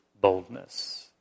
boldness